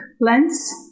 lens